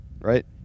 right